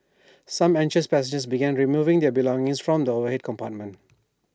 some anxious passengers began removing their belongings from the overhead compartments